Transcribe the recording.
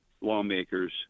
lawmakers